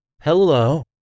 Hello